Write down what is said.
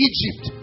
Egypt